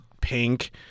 pink